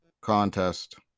contest